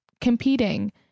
competing